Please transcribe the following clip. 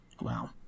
wow